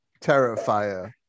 terrifier